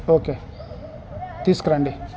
okay తీసుకురండి